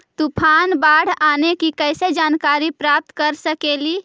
तूफान, बाढ़ आने की कैसे जानकारी प्राप्त कर सकेली?